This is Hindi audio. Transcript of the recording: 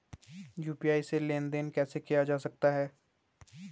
यु.पी.आई से लेनदेन कैसे किया जा सकता है?